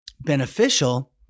beneficial